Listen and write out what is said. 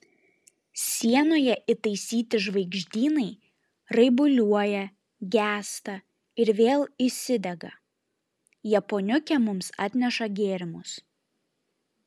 sienoje įtaisyti žvaigždynai raibuliuoja gęsta ir vėl įsidega japoniukė mums atneša gėrimus